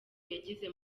yagize